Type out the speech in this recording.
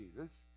Jesus